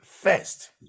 first